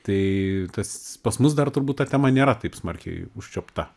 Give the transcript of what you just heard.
tai tas pas mus dar turbūt ta tema nėra taip smarkiai užčiuopta